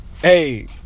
Hey